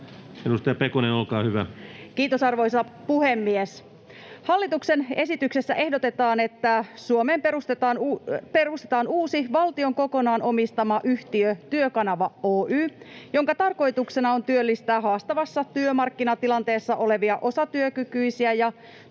Edustaja Pekonen, olkaa hyvä. Kiitos, arvoisa puhemies! Hallituksen esityksessä ehdotetaan, että Suomeen perustetaan uusi valtion kokonaan omistama yhtiö Työkanava Oy, jonka tarkoituksena on työllistää haastavassa työmarkkinatilanteessa olevia osatyökykyisiä ja